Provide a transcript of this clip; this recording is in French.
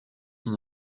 son